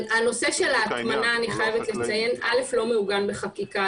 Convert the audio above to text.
הנושא של ההטמנה לא מעוגן בחקיקה.